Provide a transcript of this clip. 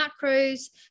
macros